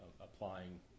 applying